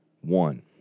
one